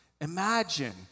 Imagine